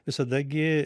visada gi